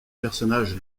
personnage